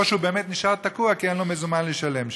או שהוא באמת נשאר תקוע כי אין לו מזומן לשלם שם.